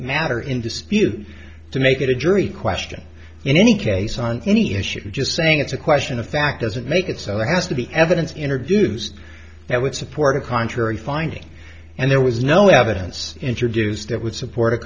matter in dispute to make it a jury question in any case on any issue just saying it's a question of fact doesn't make it so there has to be evidence interviews that would support a contrary finding and there was no evidence introduced that would support a